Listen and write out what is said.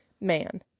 man